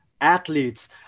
athletes